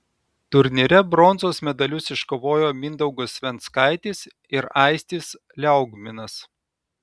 turnyre bronzos medalius iškovojo mindaugas venckaitis ir aistis liaugminas